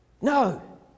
No